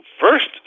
first